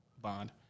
Bond